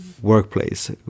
Workplace